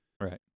right